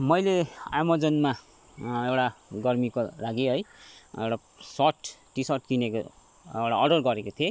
मैले एमाजोनमा एउटा गर्मीको लागि है एउटा सर्ट टी सर्ट किनेको एउटा अर्डर गरेको थिएँ